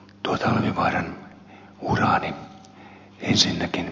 tuo talvivaaran uraani ensinnäkin